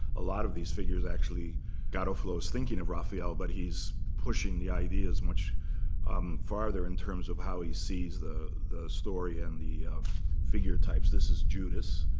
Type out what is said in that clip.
a lot of these figures actually garofalo's thinking of raphael, but he's pushing the ideas much farther in terms of how he sees the the story and the figure types. this is judas,